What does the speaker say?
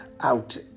out